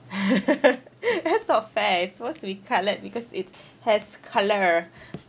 that's not fair it's supposed to be coloured because it has colour